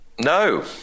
no